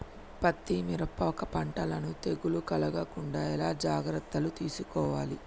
పత్తి మిరప పంటలను తెగులు కలగకుండా ఎలా జాగ్రత్తలు తీసుకోవాలి?